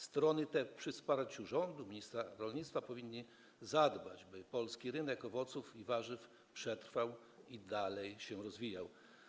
Strony te przy wsparciu rządu, ministra rolnictwa powinny zadbać, by polski rynek owoców i warzyw przetrwał i nadal się rozwijał.